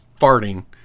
farting